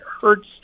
hurts